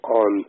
on